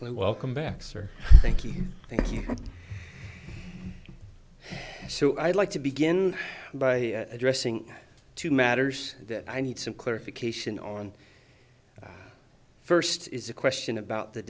this welcome back sir thank you thank you so i'd like to begin by addressing two matters that i need some clarification on first is a question about the